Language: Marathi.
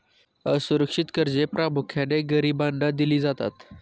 असुरक्षित कर्जे प्रामुख्याने गरिबांना दिली जातात